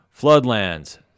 Floodlands